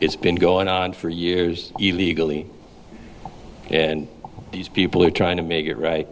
it's been going on for years legally and these people are trying to make it right